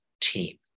team